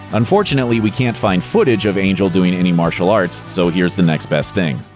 unfortunately, we can't find footage of angel doing any martial arts, so here's the next best thing.